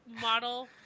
model